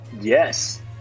Yes